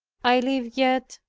i live yet,